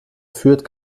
führt